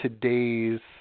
today's